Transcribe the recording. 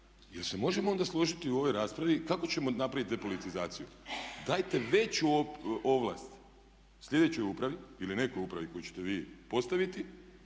jer se možemo onda složiti u ovoj raspravi kako ćemo napraviti depolitizaciju? Dajte veću ovlast slijedećoj upravi ili nekoj upravi koju ćete vi postaviti